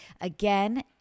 Again